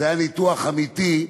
זה היה ניתוח אמיתי,